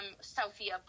Sophia